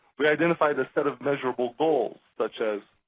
we identified the set of measurable goals, such as,